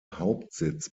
hauptsitz